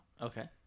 Okay